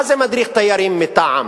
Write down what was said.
מה זה "מדריך תיירים מטעם"?